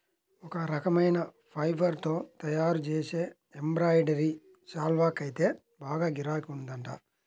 ఒక రకమైన ఫైబర్ తో తయ్యారుజేసే ఎంబ్రాయిడరీ శాల్వాకైతే బాగా గిరాకీ ఉందంట